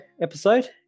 episode